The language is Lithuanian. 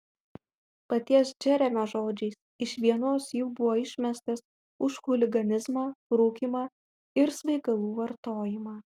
paties džeremio žodžiais iš vienos jų buvo išmestas už chuliganizmą rūkymą ir svaigalų vartojimą